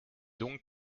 donc